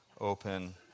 open